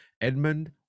Edmund